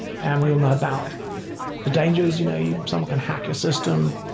and we'll know about the dangers. you know yeah someone can hack your system,